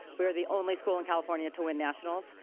we were the only school in california to win nationals,